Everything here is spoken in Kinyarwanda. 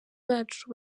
bacu